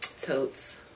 Totes